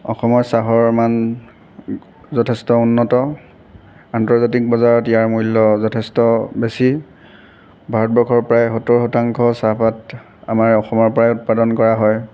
অসমৰ চাহৰ মান যথেষ্ট উন্নত আন্তজাৰ্তিক বজাৰত ইয়াৰ মূল্য যথেষ্ট বেছি ভাৰতবৰ্ষৰ প্ৰায় সত্তৰ শতাংশ চাহপাত আমাৰ অসমৰ পৰাই উৎপাদন কৰা হয়